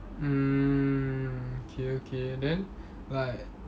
mm okay okay and then like